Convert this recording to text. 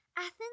Athens